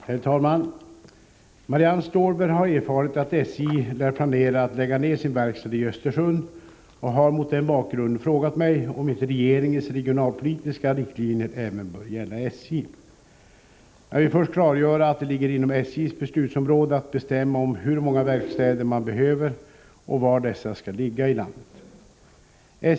Herr talman! Marianne Stålberg har erfarit att SJ lär planera att lägga ned sin verksamhet i Östersund och har mot den bakgrunden frågat mig om inte regeringens regionalpolitiska riktlinjer även bör gälla SJ. Jag vill först klargöra att det ligger inom SJ:s beslutsområde att bestämma om hur många verkstäder man behöver och var dessa skall ligga i landet.